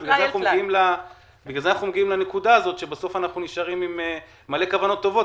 ולכן אנחנו מגיעים לנקודה הזאת שאנחנו נשארים עם מלא כוונות טובות,